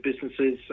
businesses